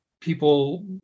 people